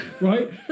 right